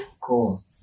Cool